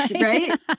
right